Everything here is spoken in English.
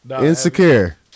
Insecure